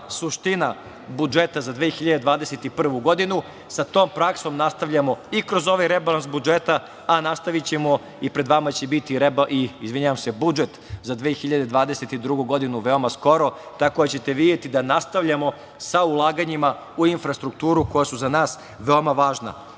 suština budžeta za 2021. godinu. Sa tom praksom nastavljamo i kroz ovaj rebalans budžeta, a nastavićemo i pred vama će biti i budžet za 2022. godinu veoma skoro. Tako ćete videti da nastavljamo sa ulaganjima u infrastrukturu koja su za nas veoma važna. Ovde